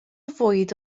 fwyd